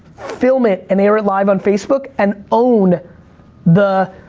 film it and air it live on facebook, and own the,